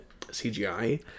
CGI